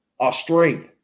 Australia